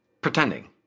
Pretending